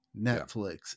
Netflix